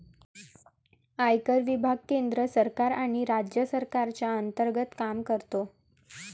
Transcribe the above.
आयकर विभाग केंद्र सरकार आणि राज्य सरकारच्या अंतर्गत काम करतो